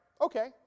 Okay